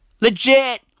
Legit